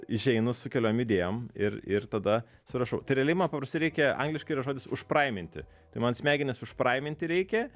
išeinu su keliom idėjom ir ir tada surašau tai realiai man paprastai reikia angliškai yra žodis užpraiminti tai man smegenis užpraiminti reikia